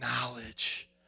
knowledge